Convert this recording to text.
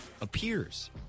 appears